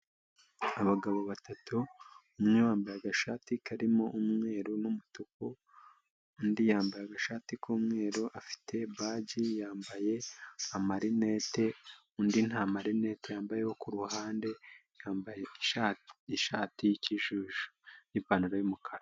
Abagabo batatu, umwe yambaye agashati karimo umweru n'umutuku undi yambaye agashati k'umweru afite baji yambaye amarinete undi nta marinete yambaye k'uruhande yambaye ishati yishati y'ikijuju n'ipantaro y'umukara.